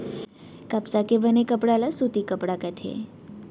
कपसा के बने कपड़ा ल सूती कपड़ा कथें